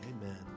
Amen